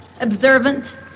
observant